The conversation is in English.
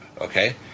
Okay